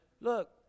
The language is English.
look